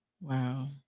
Wow